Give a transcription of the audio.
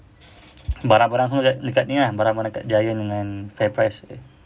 barang-barang semua dekat ni ah barang-barang kat giant and fairprice